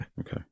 Okay